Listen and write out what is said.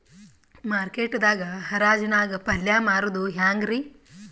Market ದಾಗ್ ಹರಾಜ್ ನಾಗ್ ಪಲ್ಯ ಮಾರುದು ಹ್ಯಾಂಗ್ ರಿ?